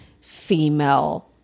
female